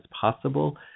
possible